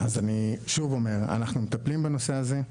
אני שוב אומר, אנחנו מטפלים בנושא הזה.